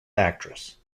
actress